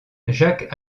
jacques